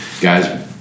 guys